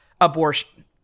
abortion